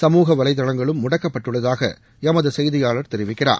சமூக வலைதளங்களும் முடக்கப்பட்டுள்ளதாக எமது செய்தியாளர் தெரிவிக்கிறார்